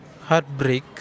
heartbreak